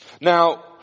Now